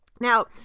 Now